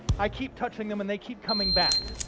i keep touching them and they keep coming back.